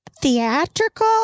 theatrical